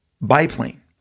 biplane